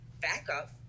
backup